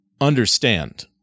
understand